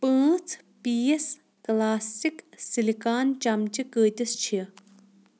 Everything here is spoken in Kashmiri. پانژھ پیٖس کلاسِک سِلِکان چمچہٕ قۭتِس چھِ